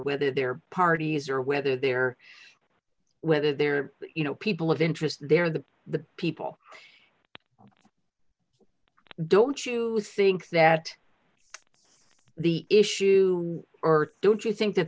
whether they're parties or whether they're whether they're you know people of interest they're the the people don't you think that the issue or don't you think that